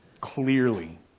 clearly